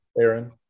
Aaron